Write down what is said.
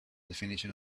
definition